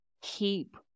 Keep